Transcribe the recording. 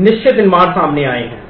निश्चित निर्माण सामने आए हैं